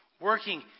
working